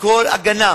וכל הגנה,